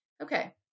Okay